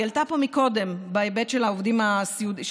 והיא עלתה פה קודם בהיבט של עובדי הסיעוד.